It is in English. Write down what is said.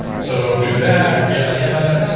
so don't do that, yadda yadda,